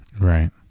right